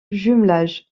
jumelage